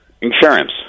insurance